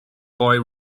boy